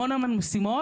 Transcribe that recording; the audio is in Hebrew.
המון המון משימות.